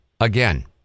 Again